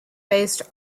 based